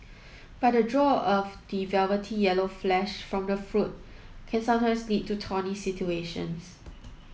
but the draw of the velvety yellow flesh from the fruit can sometimes lead to thorny situations